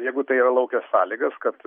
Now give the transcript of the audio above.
jeigu tai yra lauke sąlygas kad